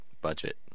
budget